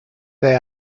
they